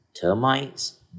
termites